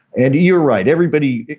and you're right everybody.